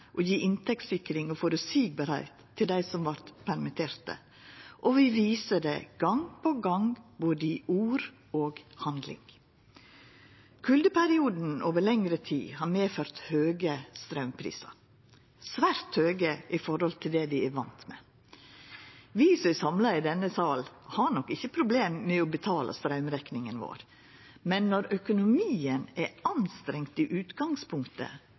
og gje inntektssikring og føreseielegheit til dei som vart permitterte, og vi viser det gong på gong i både ord og handling. Kuldeperioden over lengre tid har medført høge straumprisar, svært høge i forhold til det vi er vane med. Vi som er samla i denne salen, har nok ikkje problem med å betala straumrekninga vår, men når økonomien er anstrengd i utgangspunktet,